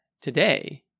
today